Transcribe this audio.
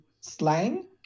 slang